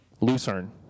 Lucerne